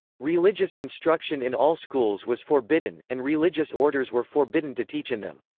religious instruction in all schools was forbidden, and religious orders were forbidden to teach in them.